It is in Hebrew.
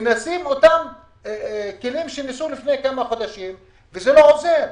מנסים את אותם כלים שניסו לפני כמה חודשים וזה לא עוזר.